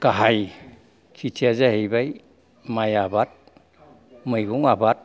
गाहाय खेथिया जाहैबाय माइ आबाद मैगं आबाद